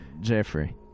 Jeffrey